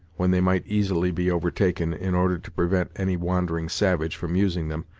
when they might easily be overtaken in order to prevent any wandering savage from using them,